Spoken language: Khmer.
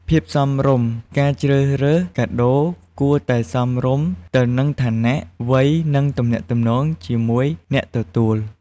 ភាពសមរម្យ ការជ្រើសរើសកាដូគួរតែសមរម្យទៅនឹងឋានៈ វ័យ និងទំនាក់ទំនងជាមួយអ្នកទទួល។